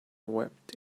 wept